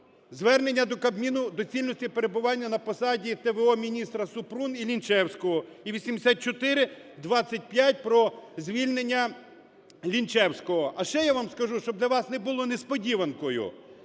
звернення до Кабміну доцільності перебування на посаді т.в.о. міністра Супрун і Лінчевського, і 8425 про звільнення Лінчевського. А ще я вам скажу, щоб для вас не було несподіванкою,